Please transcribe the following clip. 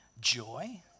joy